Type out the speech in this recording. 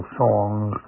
songs